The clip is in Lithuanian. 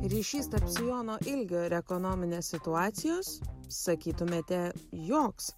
ryšys tarp sijonų ir ekonominės situacijos sakytumėte joks